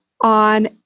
on